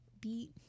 beat